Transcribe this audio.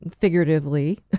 figuratively